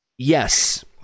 Yes